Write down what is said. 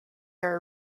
are